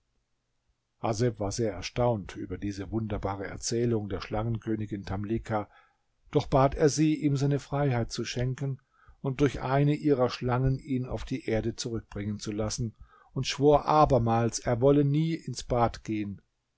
war sehr erstaunt über diese wunderbare erzählung der schlangenkönigin tamlicha doch bat er sie ihm seine freiheit zu schenken und durch eine ihrer schlangen ihn auf die erde zurückbringen zu lassen und schwor abermals er wolle nie ins bad gehen